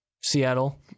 Seattle